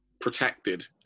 protected